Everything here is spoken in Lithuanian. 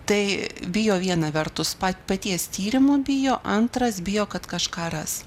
tai bijo viena vertus pat paties tyrimo bijo antras bijo kad kažką ras